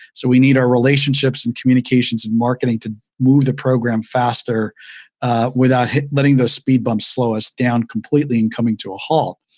so we need our relationships in communications and marketing to move the program faster without letting these speedbumps slow us down completely and coming to a halt.